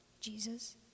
Jesus